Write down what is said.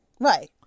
Right